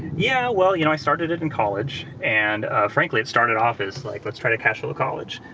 yeah, well, you know i started it in college and frankly it started off as like let's try to cash flow college.